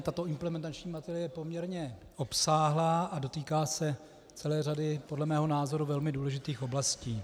Tato implementační materie je poměrně obsáhlá a dotýká se celé řady podle mého názoru velmi důležitých oblastí.